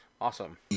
awesome